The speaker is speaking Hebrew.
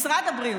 משרד הבריאות,